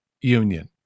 union